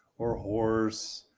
or horse,